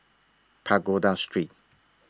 Pagoda Street